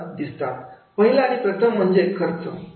पहिला आणि प्रथम घटक म्हणजे खर्च